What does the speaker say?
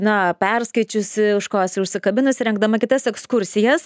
na perskaičiusi už ko esu užsikabinusi rengdama kitas ekskursijas